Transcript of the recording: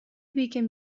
became